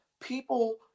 People